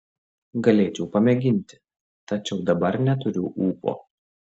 galėčiau pamėginti tačiau dabar neturiu ūpo